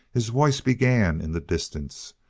his voice began in the distance,